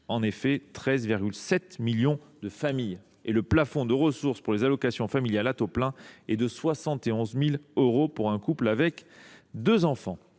en effet 13,7 millions de familles, et le plafond de ressources pour les allocations familiales à taux plein est de 71 000 euros pour un couple avec deux enfants.